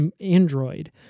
Android